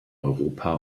europa